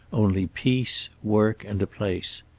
only peace, work and a place.